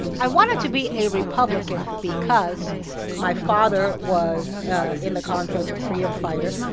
i wanted to be a republican because my father was in the contras, a freedom fighter,